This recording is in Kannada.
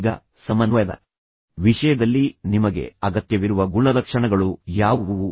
ಈಗ ಸಮನ್ವಯದ ವಿಷಯದಲ್ಲಿ ನಿಮಗೆ ಅಗತ್ಯವಿರುವ ಗುಣಲಕ್ಷಣಗಳು ಯಾವುವು